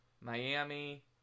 Miami